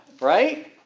Right